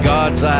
God's